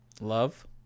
love